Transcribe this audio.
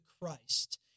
Christ